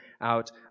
out